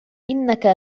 إنك